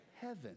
heaven